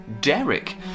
Derek